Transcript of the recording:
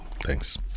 Thanks